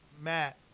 Matt